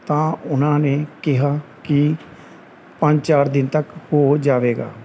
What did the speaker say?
ਤਾਂ ਉਹਨਾਂ ਨੇ ਕਿਹਾ ਕਿ ਪੰਜ ਚਾਰ ਦਿਨ ਤੱਕ ਹੋ ਜਾਵੇਗਾ